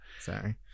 Sorry